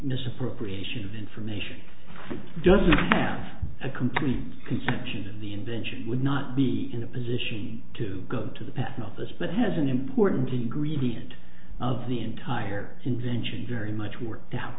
misappropriation of information doesn't have a complete conception of the invention would not be in a position to go to the patent office but has an important ingredient of the entire invention very much work